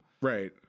Right